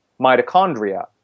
mitochondria